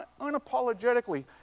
unapologetically